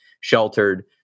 sheltered